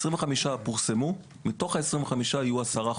25 תקנים פורסמו ומתוכם יהיו 10 חוקרים.